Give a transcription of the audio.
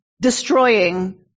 destroying